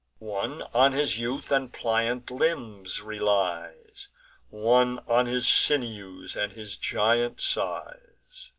one on his youth and pliant limbs relies one on his sinews and his giant size.